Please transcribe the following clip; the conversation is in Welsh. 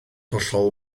hollol